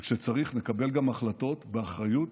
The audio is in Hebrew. וכשצריך נקבל גם החלטות באחריות,